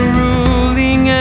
ruling